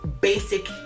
basic